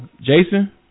Jason